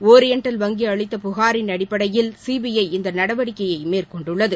oriental வங்கி அளித்த புகளின் அடிப்படையில் சிபிஐ இந்த நடவடிக்கையை மேற்கொண்டுள்ளது